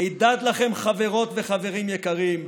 הידד לכם, חברות וחברים יקרים,